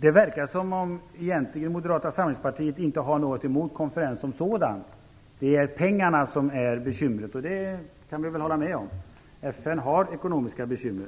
Det verkar som att Moderata samlingspartiet egentligen inte har någonting emot konferensen som sådan. Det är pengarna som är bekymret, och det kan jag hålla med om. FN har ekonomiska bekymmer.